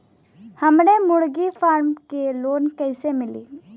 हमरे मुर्गी फार्म पर लोन कइसे मिली?